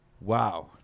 Wow